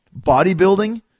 Bodybuilding